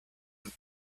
that